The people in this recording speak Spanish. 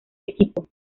equipo